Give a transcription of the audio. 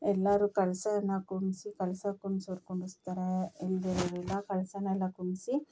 ಎಲ್ಲರೂ ಕಳಶನ ಕುಂಡ್ಸಿ ಕಳಶ ಕುಂಡ್ಸೋರು ಕುಂಡುಸ್ತರೆ ಇಲ್ಲದೇ ಇರೋವ್ರು ಇಲ್ಲ ಕಳಶನೆಲ್ಲ ಕುಂಡ್ಸಿ